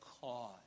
cause